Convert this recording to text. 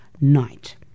night